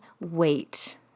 wait